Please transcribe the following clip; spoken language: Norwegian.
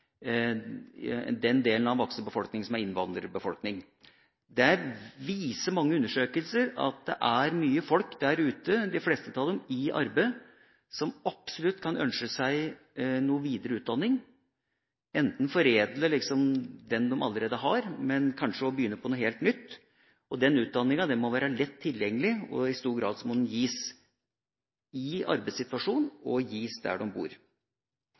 i den voksne befolkningen vår, og ikke minst den voksne delen av innvandrerbefolkningen. Mange undersøkelser viser at det er mange mennesker der ute, de fleste av dem i arbeid, som absolutt kan ønske seg noe videreutdanning, enten foredle den de allerede har, eller kanskje begynne på noe helt nytt. Den utdanningen må være lett tilgjengelig, og i stor grad må den gis i arbeidssituasjonen og der de bor.